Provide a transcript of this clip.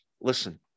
listen